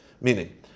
Meaning